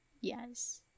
yes